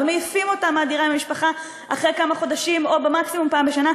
ומעיפים אותה מהדירה עם המשפחה אחרי כמה חודשים או מקסימום פעם בשנה,